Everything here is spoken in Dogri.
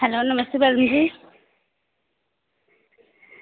नमस्ते गगन जी